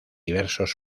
diversos